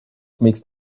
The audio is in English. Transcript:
mixed